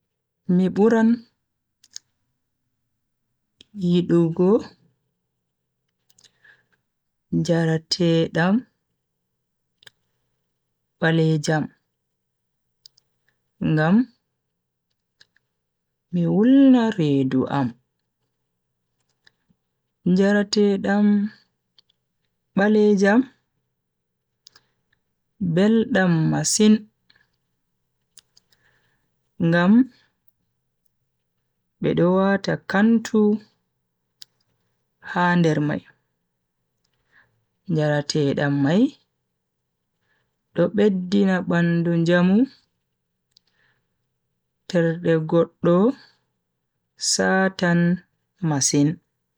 Mi buran yidugo njaratedam balejam ngam mi wulna redu am. njarateedam balejam beldam masin ngam bedo wata kantu ha nder mai. njarateedam mai do beddina bandu njamu, terde goddo satan masin.